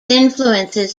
influences